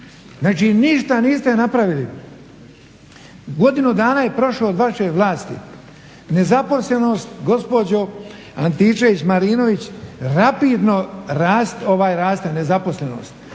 Znači, ništa niste napravili. Godinu dana je prošlo od vaše vlasti, nezaposlenost gospođo Antičević-Marinović rapidno raste, ovaj raste nezaposlenost.